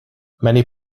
many